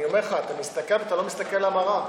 אני אומר לך, אתה לא מסתכל במראה.